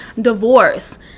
divorce